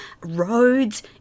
roads